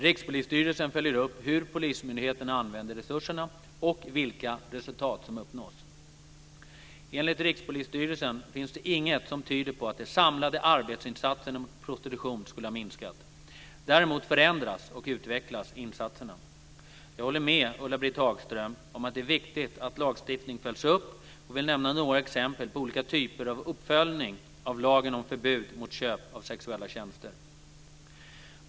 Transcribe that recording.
Rikspolisstyrelsen följer upp hur polismyndigheterna använder resurserna och vilka resultat som uppnås. Enligt Rikspolisstyrelsen finns det inget som tyder på att de samlade arbetsinsatserna mot prostitution skulle ha minskat. Däremot förändras och utvecklas insatserna. Jag håller med Ulla-Britt Hagström om att det är viktigt att lagstiftning följs upp och vill nämna några exempel på olika typer av uppföljning av lagen om förbud mot köp av sexuella tjänster.